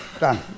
Done